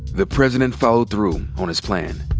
the president followed through on his plan.